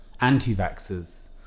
anti-vaxxers